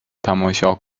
تماشا